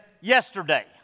yesterday